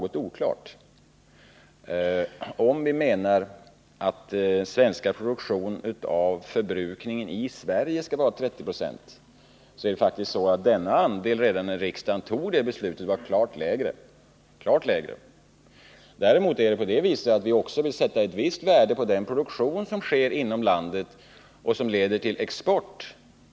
Om man menar att den svenska produktionen skall uppgå till 30 96 av förbrukningen i Sverige, skall man vara medveten om att denna andel var klart lägre redan när riksdagen fattade beslutet. Däremot vill vi också sätta ett visst värde på den produktion som sker inom landet och som leder till export.